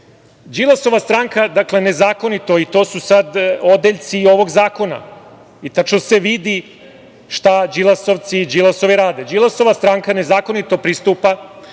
drugim. Đilasova stranka nezakonito, dakle i to su sad odeljci ovog zakona, i tačno se vidi šta đilasovci i Đilas rade. Đilasova stranka nezakonito pristupa,